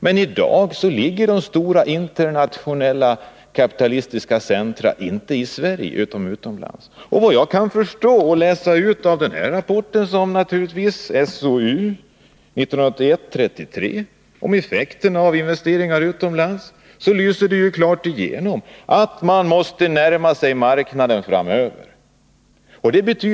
Men i dag ligger ju de stora internationella kapitalistiska centra inte i Sverige utan utomlands. Och vad jag kan utläsa av rapporten i SOU 1981:33 om Effekter av investeringar utomlands, är att det klart lyser igenom att man måste närma sig marknaden framöver.